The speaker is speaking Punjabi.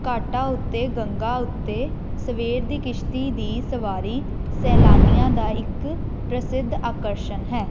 ਘਾਟਾਂ ਉੱਤੇ ਗੰਗਾ ਉੱਤੇ ਸਵੇਰ ਦੀ ਕਿਸ਼ਤੀ ਦੀ ਸਵਾਰੀ ਸੈਲਾਨੀਆਂ ਦਾ ਇੱਕ ਪ੍ਰਸਿੱਧ ਆਕਰਸ਼ਣ ਹੈ